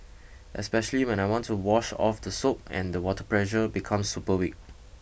especially when I want to wash off the soap and the water pressure becomes super weak